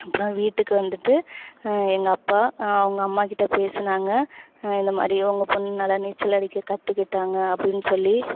அப்புறம் வீட்டுக்கு வந்துவிட்டு எங்கள் அப்பா அவங்க அம்மாகிட்ட பேசுனாங்க இந்தமாதிரி உங்க பொண்ணு நல்லா நீச்சல் அடிக்க கற்றுக்கிட்டாங்க அப்படின் சொல்லி